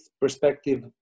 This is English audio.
perspective